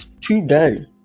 today